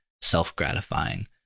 self-gratifying